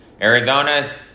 Arizona